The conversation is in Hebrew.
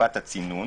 תקופת הצינון